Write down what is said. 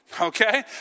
Okay